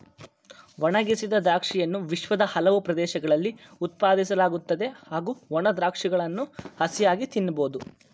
ಒಣಗಿಸಿದ ದ್ರಾಕ್ಷಿಯನ್ನು ವಿಶ್ವದ ಹಲವು ಪ್ರದೇಶಗಳಲ್ಲಿ ಉತ್ಪಾದಿಸಲಾಗುತ್ತದೆ ಹಾಗೂ ಒಣ ದ್ರಾಕ್ಷಗಳನ್ನು ಹಸಿಯಾಗಿ ತಿನ್ಬೋದು